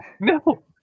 no